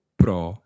pro